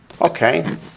Okay